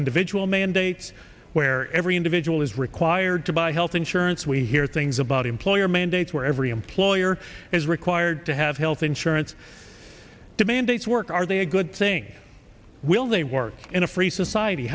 individual mandates where every individual is required to buy health insurance we hear things about employer mandates where every employer is required to have health insurance to mandates work are they a good thing will they work in a free society